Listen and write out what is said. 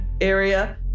area